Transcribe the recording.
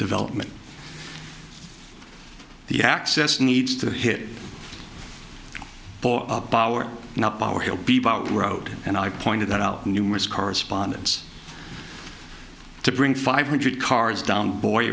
development the access needs to hit for power now power he'll be bought road and i pointed that out numerous correspondence to bring five hundred cars down boy